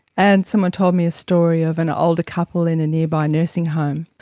and someone told me a story of an older couple in a nearby nursing home.